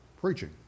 preaching